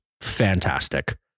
fantastic